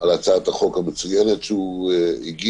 על הצעת החוק המצוינת שהוא הגיש.